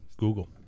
Google